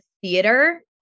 theater